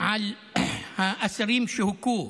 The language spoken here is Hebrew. על האסירים שהוכו,